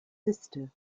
sister